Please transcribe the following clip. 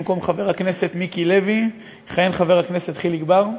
במקום חבר הכנסת מיקי לוי יכהן חבר הכנסת חיליק בר.